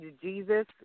Jesus